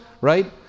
right